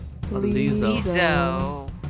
Lizzo